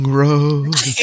road